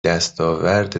دستاورد